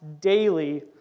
daily